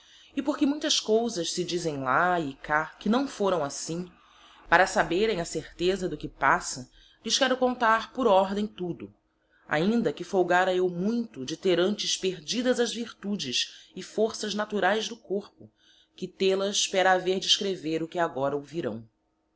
e porque muitas cousas se dizem lá e cá que naõ foraõ assim pera saberem a certeza do que passa lhes quero contar por ordem tudo ainda que folgára eu muito de ter antes perdidas as virtudes e forças naturaes do corpo que te las pera aver de escrever o que agora ouvirão